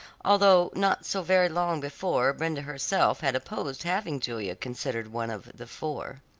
although not so very long before brenda herself had opposed having julia considered one of the four.